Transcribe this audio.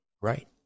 Right